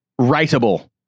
writable